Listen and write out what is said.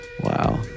Wow